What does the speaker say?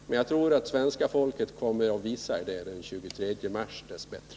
Men jag tror att svenska folket kommer att visa er det den 23 mars dess bättre.